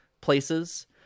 places